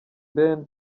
ben